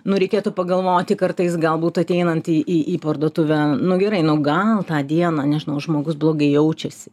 nu reikėtų pagalvoti kartais galbūt ateinanti į į į parduotuvę nu gerai nu gal tą dieną nežinau žmogus blogai jaučiasi